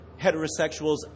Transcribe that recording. heterosexuals